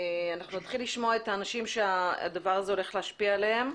אנחנו נתחיל לשמוע את האנשים שהדבר הזה הולך להשפיע עליהם.